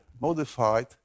modified